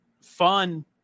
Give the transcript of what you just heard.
fun